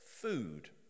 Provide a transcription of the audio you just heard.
Food